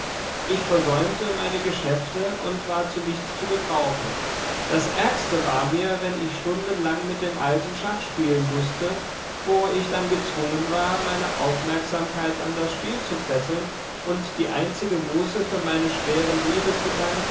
ich versäumte meine geschäfte und war zu nichts zu gebrauchen das ärgste war mir wenn ich stundenlang mit dem alten schach spielen mußte wo ich dann gezwungen war meine aufmerksamkeit an das spiel zu fesseln und die einzige muße für meine schweren